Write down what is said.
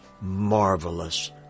marvelous